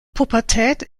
pubertät